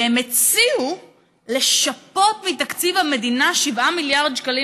והם הציעו לשפות מתקציב המדינה 7 מיליארד שקלים,